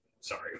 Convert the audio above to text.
sorry